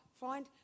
Find